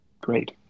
Great